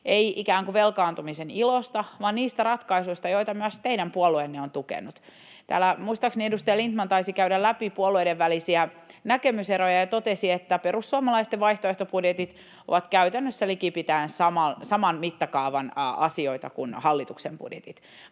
ei ikään kuin velkaantumisen ilosta vaan niistä ratkaisuista, joita myös teidän puolueenne on tukenut. Täällä muistaakseni edustaja Lindtman taisi käydä läpi puolueiden välisiä näkemyseroja ja totesi, että perussuomalaisten vaihtoehtobudjetit ovat käytännössä likipitäen saman mittakaavan asioita kuin hallituksen budjetit.